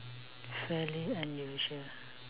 fairly unusual